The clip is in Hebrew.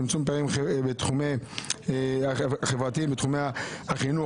צמצום פערים חברתיים בתחומי החינוך,